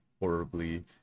horribly